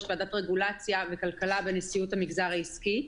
ועדת רגולציה וכלכלה בנשיאות המגזר העסקי.